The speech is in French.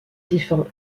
défend